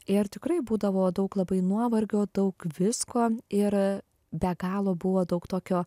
ir tikrai būdavo daug labai nuovargio daug visko ir be galo buvo daug tokio